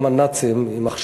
גם הנאצים, יימח שמם,